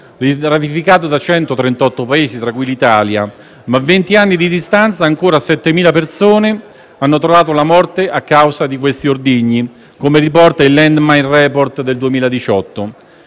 ratificato da centotrentotto Paesi fra cui l'Italia, ma a vent'anni di distanza ancora oltre 7.000 persone hanno trovato la morte a causa di questi ordigni, come riporta il Landmine Report del 2018.